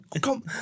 Come